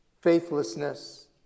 faithlessness